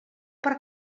per